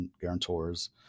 guarantors